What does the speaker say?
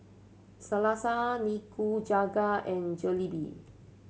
Salsa Nikujaga and Jalebi